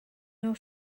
nhw